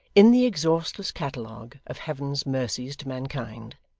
in the exhaustless catalogue of heaven's mercies to mankind,